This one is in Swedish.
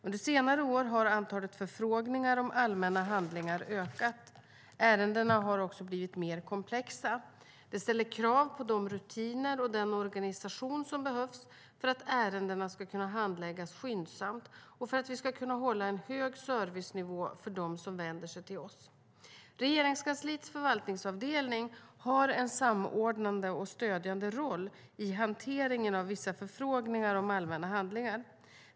Under senare år har antalet förfrågningar om allmänna handlingar ökat. Ärendena har också blivit mer komplexa. Detta ställer krav på de rutiner och den organisation som behövs för att ärendena ska kunna handläggas skyndsamt och för att vi ska kunna hålla en hög servicenivå för dem som vänder sig till oss. Regeringskansliets förvaltningsavdelning har en samordnande och stödjande roll i hanteringen av vissa förfrågningar om allmänna handlingar.